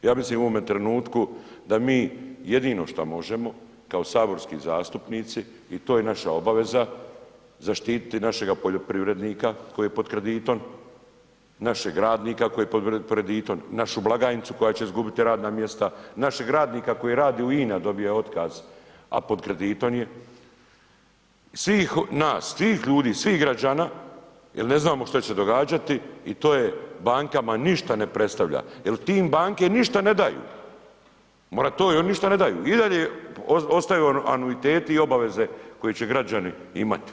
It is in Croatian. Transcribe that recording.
Ja mislim u ovome trenutku da mi jedino šta možemo kao saborski zastupnici i to je naša obaveza, zaštititi našega poljoprivrednika koji je pod kreditom, našeg radnika koji je pod kreditom, našu blagajnicu koja će izgubiti radno mjesto, našeg radnika koji radi u INA-i dobio je otkaz a pod kreditom je, svih nas, svih ljudi, svih građana jel ne znamo što će se događati i to bankama ništa ne predstavlja jel tim banke ništa ne daju, moratorij oni ništa ne daju i dalje ostaju anuiteti i obaveze koje će građani imati.